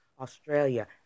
Australia